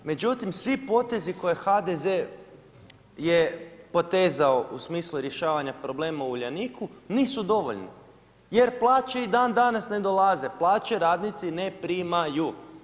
Međutim svi potezi koje je HDZ potezao u smislu rješavanja problema u Uljaniku nisu dovoljna jer plaće i dan danas ne dolaze, plaće radnici ne primaju.